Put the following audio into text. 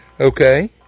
Okay